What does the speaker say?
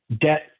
debt